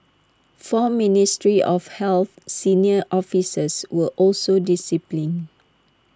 four ministry of health senior officers were also disciplined